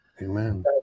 Amen